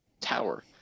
tower